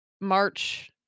March